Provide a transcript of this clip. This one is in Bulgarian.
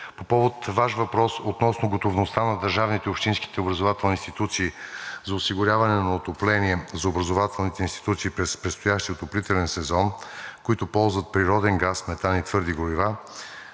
по повод Ваш въпрос относно готовността на държавните и общинските образователни институции за осигуряване на отопление за образователните институции през предстоящия отоплителен сезон, които ползват природен газ, метан и твърди горива,